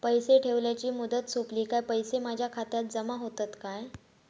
पैसे ठेवल्याची मुदत सोपली काय पैसे माझ्या खात्यात जमा होतात काय?